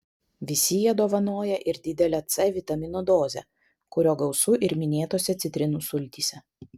visi jie dovanoja ir didelę c vitamino dozę kurio gausu ir minėtose citrinų sultyse